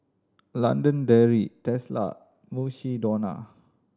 London Dairy Tesla Mukshidonna